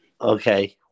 okay